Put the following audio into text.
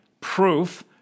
proof